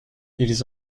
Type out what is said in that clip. ils